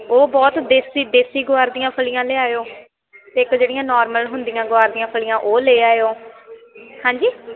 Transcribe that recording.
ਉਹ ਬਹੁਤ ਦੇਸੀ ਦੇਸੀ ਗੁਆਰ ਦੀਆਂ ਫਲੀਆਂ ਲਿਆਇਓ ਅਤੇ ਇੱਕ ਜਿਹੜੀਆਂ ਨੋਰਮਲ ਹੁੰਦੀਆਂ ਗੁਆਰ ਦੀਆਂ ਫਲੀਆਂ ਉਹ ਲੈ ਆਇਓ ਹਾਂਜੀ